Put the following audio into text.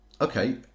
Okay